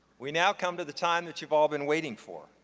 we now come to the time that you've all been waiting for,